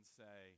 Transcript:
say